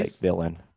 villain